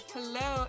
Hello